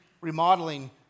remodeling